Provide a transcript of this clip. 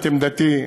את עמדתי,